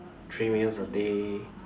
three meals a day